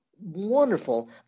wonderful